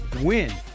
win